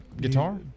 Guitar